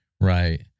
Right